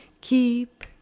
Keep